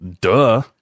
Duh